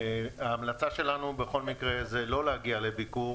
ההמלצה שלנו בכל מקרה היא לא להגיע לביקור,